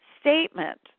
statement